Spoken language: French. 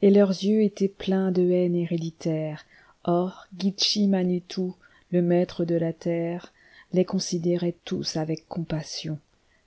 et leurs yeux étaient pleins de haine héréditaire or gitche manito le maître de la terre les considérait tous avoc compassion